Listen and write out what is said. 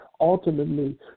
ultimately